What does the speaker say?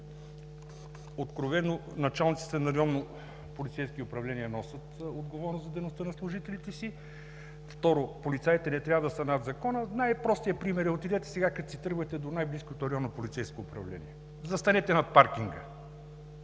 откровено, началниците на районните полицейски управления носят отговорност за дейността на служителите си. Второ, полицаите не трябва да са над закона. Най-простият пример е: отидете сега, когато си тръгвате, до най-близкото районно полицейско управление, застанете на паркинга